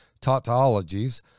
tautologies